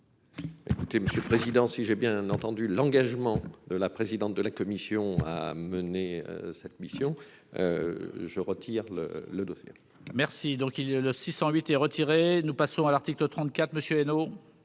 écoutez, monsieur le président, si j'ai bien entendu l'engagement de la présidente de la commission a mené cette mission je retire le le dossier. Merci donc il le 608 et nous passons à l'article 34 Monsieur.